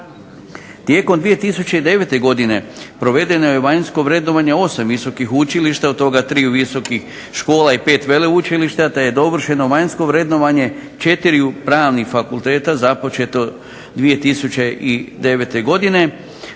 Tijekom 2009. godine provedeno je vanjsko vrednovanje 8 visokih učilišta, od toga 3 visokih škola i 5 veleučilišta, te je dovršeno vanjsko vrednovanje četiriju Pravnih fakulteta započeto 2009. godine.